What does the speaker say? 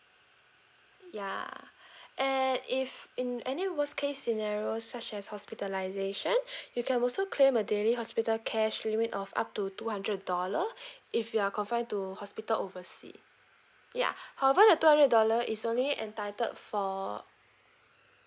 ya and if in any worst case scenario such as hospitalisation you can also claim a daily hospital cash limit of up to two hundred dollar if you are confined to hospital oversea ya however the two hundred dollar is only entitled for